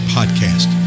Podcast